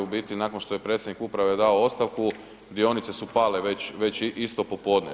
U biti nakon što je predsjednik uprave dao ostavku dionice su pale već isto popodne.